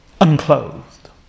unclothed